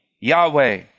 Yahweh